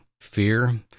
fear